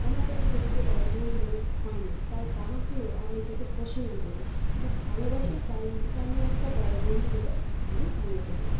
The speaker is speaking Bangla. আমার কাছে সেটিকে ব্যয়বহুল মনে হয় না তার কারণ হল আমি এটাকে পছন্দ করি খুব ভালোবাসি তাই তেমন একটা ব্যয়বহুল বলে আমি মনে করি না